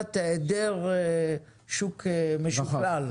היעדר שוק משוקלל.